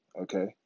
okay